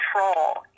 control